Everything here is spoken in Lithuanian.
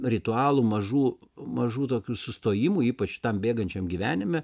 ritualų mažų mažų tokių sustojimų ypač šitam bėgančiam gyvenime